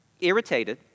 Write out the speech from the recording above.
irritated